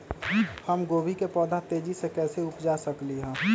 हम गोभी के पौधा तेजी से कैसे उपजा सकली ह?